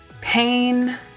pain